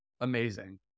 amazing